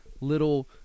little